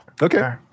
Okay